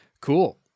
Cool